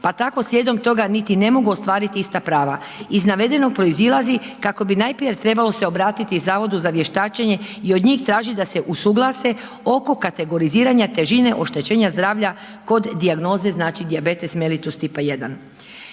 pa tako slijedom toga niti ne mogu ostvariti ista prava. Iz navedenog proizilazi kako bi najprije trebalo se obratiti Zavodu za vještačenje i od njih tražiti da se usuglase oko kategoriziranja težine oštećenja zdravlja kod dijagnoze, znači diabetes mellitus tipa 1.